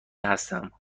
هستم